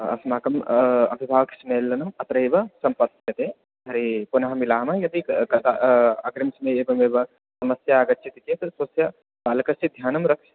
अस्माकं विभागशः मेलनम् अत्रैव सम्पत्स्यते तर्हि पुनः मिलामः यदि कः अग्रिमसमये एवमेव समस्या आगच्छति चेत् स्वस्य बालकस्य ध्यानं रक्षतु